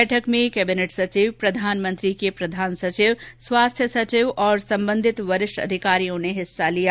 बैठक में केबिनेट सचिव प्रधानमंत्री के प्रधान सचिव स्वास्थ सचिव और संबंधित वरिष्ठ अधिकारियों ने हिस्सा लिया